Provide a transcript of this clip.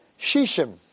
Shishim